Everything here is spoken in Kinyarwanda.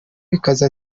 bikaze